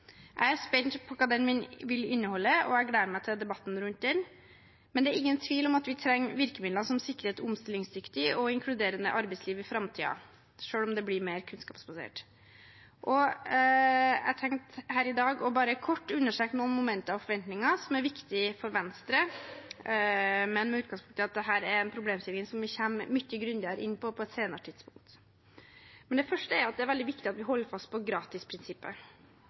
Jeg er spent på hva den vil inneholde, og jeg gleder meg til debatten rundt den, men det er ingen tvil om at vi trenger virkemidler som sikrer et omstillingsdyktig og inkluderende arbeidsliv i framtiden, selv om det blir mer kunnskapsbasert. Jeg tenkte at jeg her i dag bare kort vil understreke noen momenter og forventninger som er viktige for Venstre, men med utgangspunkt i at dette er en problemstilling som vi kommer mye grundigere inn på på et senere tidspunkt. Det første er at det er veldig viktig at vi holder fast på gratisprinsippet.